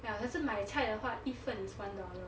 ya 可是买菜的话一份 is one dollar